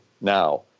now